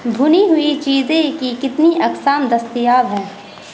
بھنی ہوئی چیزیں کی کتنی اقسام دستیاب ہیں